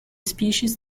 species